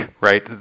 right